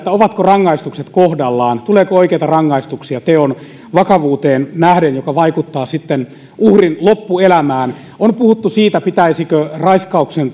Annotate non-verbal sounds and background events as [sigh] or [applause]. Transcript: ovatko rangaistukset kohdallaan tuleeko oikeita rangaistuksia teon vakavuuteen nähden joka vaikuttaa sitten uhrin loppuelämään on puhuttu siitä pitäisikö raiskauksen [unintelligible]